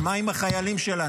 אבל מה עם החיילים שלנו?